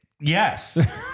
Yes